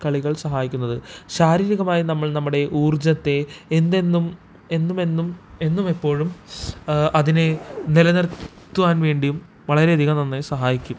കളികൾ സഹായിക്കുന്നത് ശാരീരികമായും നമ്മൾ നമ്മുടെ ഊർജ്ജത്തെ എന്തെന്നും എന്നുമെന്നും എന്നുമെപ്പോഴും അതിനെ നിലനിർത്തുവാൻ വേണ്ടിയും വളരെയധികം നമ്മെ സഹായിക്കും